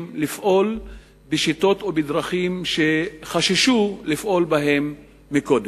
לפעול בשיטות ובדרכים שחששו לפעול בהן קודם.